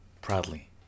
Proudly